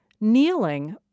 kneeling